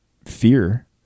fear